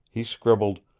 he scribbled,